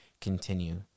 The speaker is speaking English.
continue